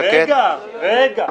רגע.